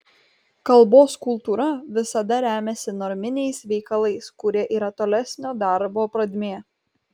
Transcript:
kalbos kultūra visada remiasi norminiais veikalais kurie yra tolesnio darbo pradmė